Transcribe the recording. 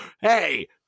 hey